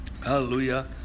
Hallelujah